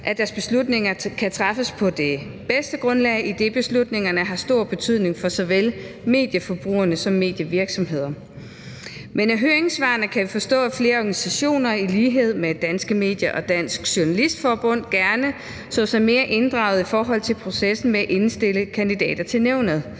at dets beslutninger kan træffes på det bedste grundlag, idet beslutningerne har stor betydning for såvel medieforbrugere som medievirksomheder. Men af høringssvarene kan vi forstå, at flere organisationer, i lighed med Danske Medier og Dansk Journalistforbund, gerne så sig mere inddraget i forhold til processen med at indstille kandidater til nævnet.